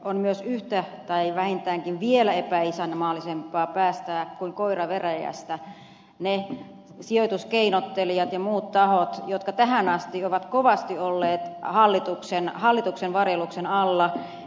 on myös yhtä tai vähintäänkin vielä epäisänmaallisempaa päästää kuin koira veräjästä ne sijoituskeinottelijat ja muut tahot jotka tähän asti ovat kovasti olleet hallituksen varjeluksen alla